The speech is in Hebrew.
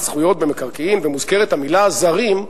זכויות במקרקעין ומוזכרת המלה "זרים",